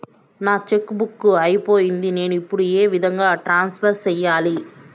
నా cheque book అయిపోయింది నేను ఇప్పుడు ఏ విధంగా ట్రాన్స్ఫర్ సేయాలి?